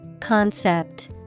Concept